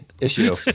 issue